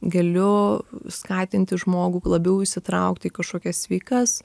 galiu skatinti žmogų labiau įsitraukti į kažkokias sveikas